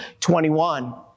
21